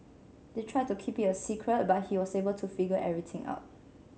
they tried to keep it a secret but he was able to figure everything out